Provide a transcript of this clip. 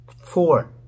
four